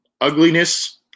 ugliness